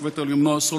השופט העליון נעם סולברג,